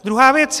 Druhá věc.